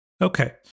Okay